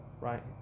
right